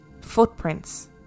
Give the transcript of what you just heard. Footprints